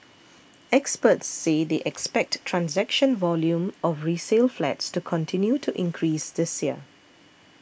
experts say they expect transaction volume of resale flats to continue to increase this year